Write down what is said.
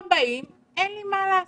לא באים, אין לי מה לעשות.